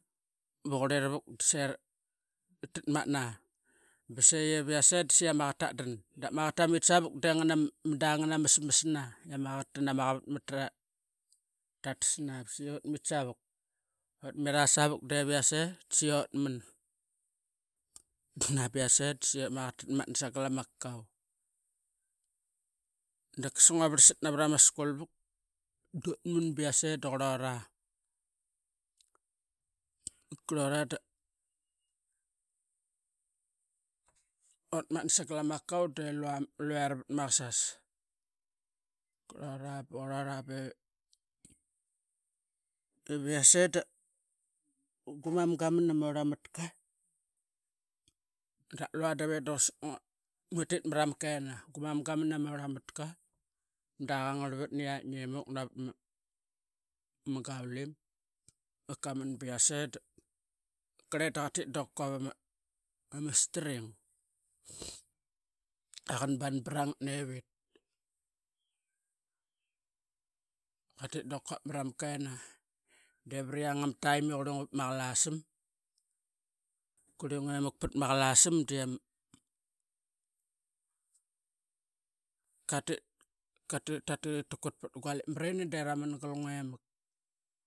Ba quria vuk da saqi ratmatna saive vias. Da saiqi ama qaqet dat dan dap ma qaqet tamit savuk de madangan ama smasna i yama qaqet tana maqavat mata ta tasna ba saiqa utmit savuk utmira ssavuk dave i yes ii da saiut man utdan bias ii dama qaqet tatmatna sangal ama kakau dap kasa ngua varsat navarama school vilk dotman bias ii duqurora qurora da urat matna sangal ama kakau. Delulra vatmat qasap qurora, buqurora bevias ee guman guman gamen ama utatmaka dap lua dap edu qasit ngatit mara ma kenaqi mada niat hemauk navat ma gavlim kaman, biasei kreda qatit da qaquap ama string i qan ban braqot nevit qatit da qaquap ngat marama kenaqio. Priang ama taim i qurequa vat ma lasam quringal mak patma qarlasam katit tatit tatit ip ta kut pat gua galip marini de ramangal ngua imak.